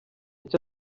icyo